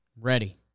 Ready